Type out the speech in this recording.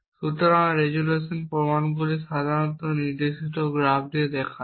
সুতরাং রেজোলিউশন প্রমাণগুলি সাধারণত নির্দেশিত গ্রাফ হিসাবে দেখানো হয়